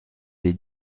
les